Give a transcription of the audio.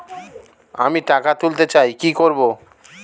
আমি টাকা তুলতে চাই কি করব?